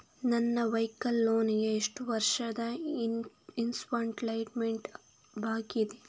ನನ್ನ vehicle loan ಗೆ ಎಷ್ಟು ವರ್ಷದ ಇನ್ಸ್ಟಾಲ್ಮೆಂಟ್ ಬಾಕಿ ಇದೆ?